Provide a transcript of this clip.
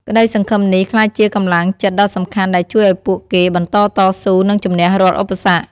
ក្ដីសង្ឃឹមនេះក្លាយជាកម្លាំងចិត្តដ៏សំខាន់ដែលជួយឲ្យពួកគេបន្តតស៊ូ និងជម្នះរាល់ឧបសគ្គ។